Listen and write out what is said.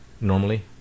Normally